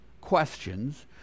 questions